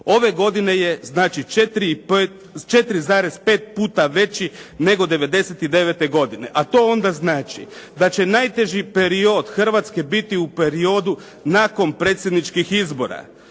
Ove godine je znači 4,5 puta veći nego '99. godine, a to onda znači da će najteži period Hrvatske biti u periodu nakon predsjedničkih izbora.